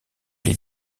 les